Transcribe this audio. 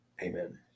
Amen